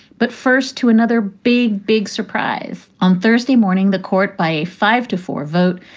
but first to another big, big surprise. on thursday morning, the court, by a five to four vote,